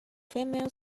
female